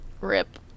rip